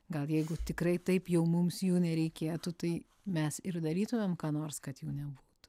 gal jeigu tikrai taip jau mums jų nereikėtų tai mes ir darytumėm ką nors kad jų nebūtų